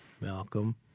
Malcolm